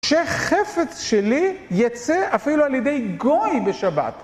שחפץ שלי יצא אפילו על ידי גוי בשבת.